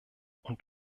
und